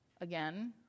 again